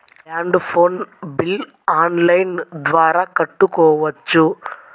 Land phone bill online ద్వారా కట్టుకోవచ్చు?